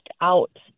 out